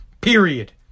Period